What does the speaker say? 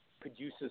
produces